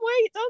wait